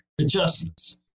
Adjustments